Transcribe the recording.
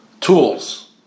tools